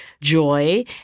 joy